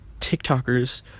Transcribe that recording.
tiktokers